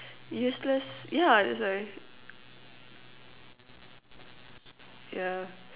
useless ya that's why ya